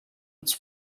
its